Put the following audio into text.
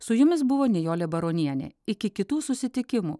su jumis buvo nijolė baronienė iki kitų susitikimų